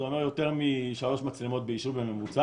זה אומר יותר משלוש מצלמות ביישוב בממוצע.